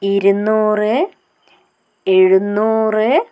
ഇരുന്നൂറ് എഴുന്നൂറ്